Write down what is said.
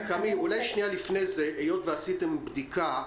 אולי לפני כן, היות וערכתם בדיקה,